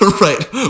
right